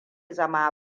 zama